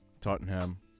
Tottenham